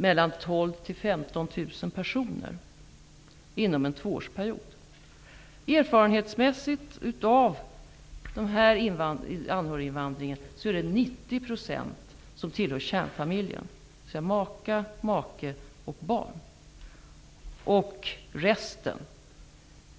Det skulle för bosnierna göra 12 000-- 90 % av anhöriginvandringen tillhör kärnfamiljen, dvs. maka, make och barn. Det vet man erfarenhetsmässigt. Resten